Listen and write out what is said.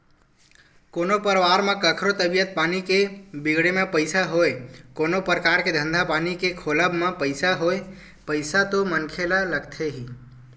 कोनो परवार म कखरो तबीयत पानी के बिगड़े म पइसा होय कोनो परकार के धंधा पानी के खोलब म पइसा होय पइसा तो मनखे ल लगथे ही